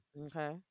Okay